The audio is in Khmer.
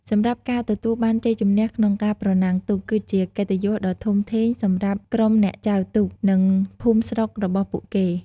សម្រាប់ការទទួលបានជ័យជំនះក្នុងការប្រណាំងទូក គឺជាកិត្តិយសដ៏ធំធេងសម្រាប់ក្រុមអ្នកចែវទូក និងភូមិស្រុករបស់ពួកគេ។